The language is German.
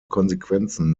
konsequenzen